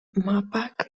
mapak